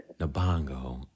Nabongo